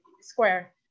Square